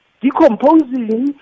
decomposing